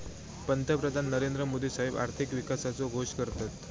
पंतप्रधान नरेंद्र मोदी साहेब आर्थिक विकासाचो घोष करतत